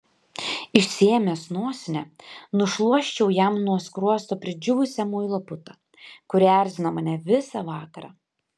išsiėmęs nosinę nušluosčiau jam nuo skruosto pridžiūvusią muilo putą kuri erzino mane visą vakarą